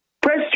Press